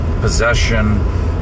possession